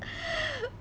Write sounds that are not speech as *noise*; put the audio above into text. *breath*